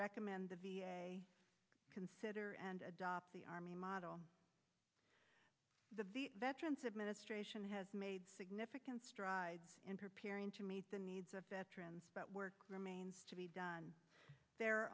recommend the v a consider and adopt the army model the veterans administration has made significant strides in preparing to meet the needs of veterans but work remains to be done the